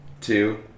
two